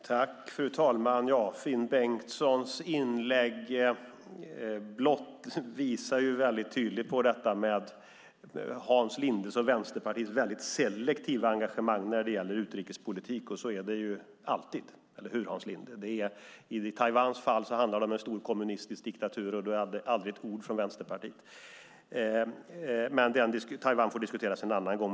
Fru talman! Finn Bengtssons inlägg visar mycket tydligt på Hans Lindes och Vänsterpartiets mycket selektiva engagemang när det gäller utrikespolitik. Så är det alltid, eller hur, Hans Linde? I Taiwans fall handlar det om en stor kommunistisk diktatur, men man hör aldrig ett ord från Vänsterpartiet. Men Taiwan får diskuteras en annan gång.